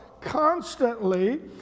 constantly